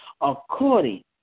according